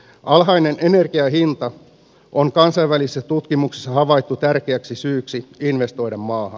alhainen energian hinta on kansainvälisissä tutkimuksissa havaittu tärkeäksi syyksi investoida maahan